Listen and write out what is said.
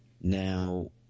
Now